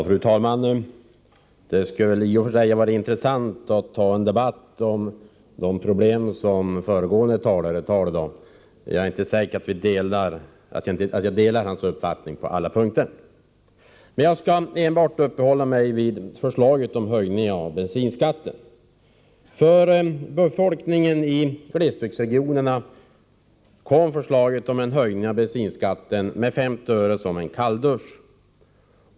Fru talman! Det skulle i och för sig vara intressant att ta upp en debatt om de problem föregående talare nämnde. Jag är inte säker på att jag delar hans uppfattning på alla punkter. Men jag skall enbart uppehålla mig vid förslaget om höjningen av bensinskatten. För befolkningen i glesbygdsregionerna kom förslaget om en höjning av bensinskatten med 50 öre som en kalldusch.